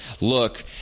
look